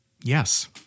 yes